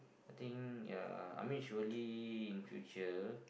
I think ya I mean surely in future